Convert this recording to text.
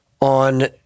on